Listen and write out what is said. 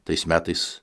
tais metais